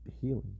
healing